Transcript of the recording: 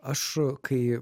aš kai